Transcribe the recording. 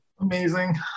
Amazing